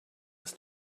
ist